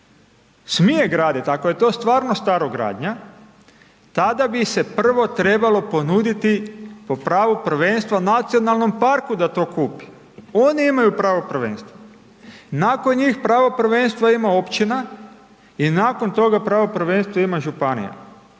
smije graditi, ako je to stvarno starogradnja, tada bi se prvo trebalo ponuditi po pravu prvenstva nacionalnom parku da to kupi, oni imaju pravo prvenstva. Nakon njih pravo prvenstva ima općina i nakon toga pravo prvenstva ima županija,